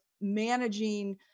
managing